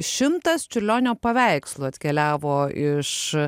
šimtas čiurlionio paveikslų atkeliavo iš